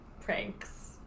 pranks